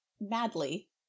madly